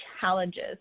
challenges